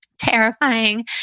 terrifying